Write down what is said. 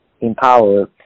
empowered